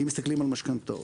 אם מסתכלים על משכנתאות,